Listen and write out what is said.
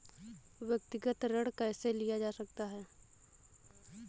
व्यक्तिगत ऋण कैसे लिया जा सकता है?